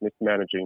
mismanaging